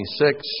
26